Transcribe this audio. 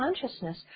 consciousness